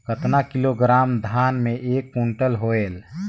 कतना किलोग्राम धान मे एक कुंटल होयल?